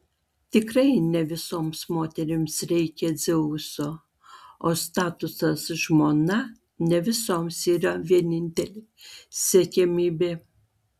tikrai ne visoms moterims reikia dzeuso o statusas žmona ne visoms yra vienintelė siekiamybė